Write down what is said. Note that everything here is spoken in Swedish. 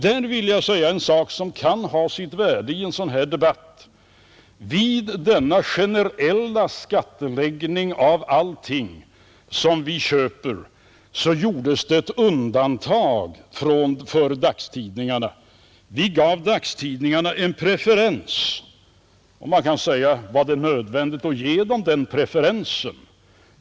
Det kunde ha sitt värde i en sådan här debatt att säga att vid denna generella skatteläggning av allt vi köper gjordes ett undantag för dagstidningarna. Vi gav dagstidningarna en preferens. Man kan säga: Var det nödvändigt att ge dem den preferensen?